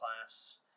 class